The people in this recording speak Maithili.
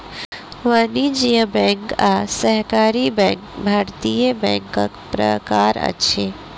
वाणिज्य बैंक आ सहकारी बैंक भारतीय बैंकक प्रकार अछि